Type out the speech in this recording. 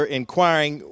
inquiring